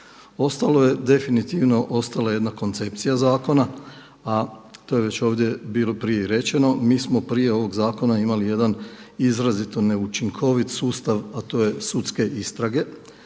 ostalo? Definitivno je ostala jedna koncepcija zakona, a to je već ovdje bilo prije i rečeno, mi smo prije ovog zakona imali jedan izrazito neučinkovit sustav, a to je sudske istrage